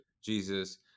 Jesus